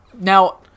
now